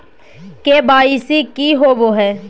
KYC की होबो है?